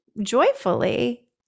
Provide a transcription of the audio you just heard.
joyfully